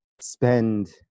spend